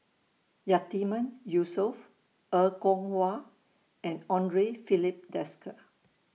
Yatiman Yusof Er Kwong Wah and Andre Filipe Desker